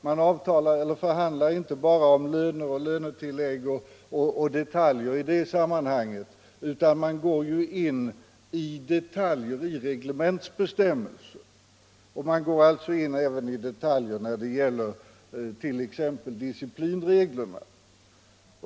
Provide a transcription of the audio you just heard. Man förhandlar inte bara om löner och lönetillägg, utan man går in i detaljer, i reglementsbestämmelser, och man går alltså även in i detaljer när det gäller t.ex. disciplinreglerna.